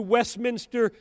Westminster